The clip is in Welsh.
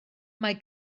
mae